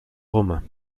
romains